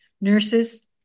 nurses